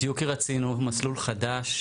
בדיוק כי רצינו מסלול חדש,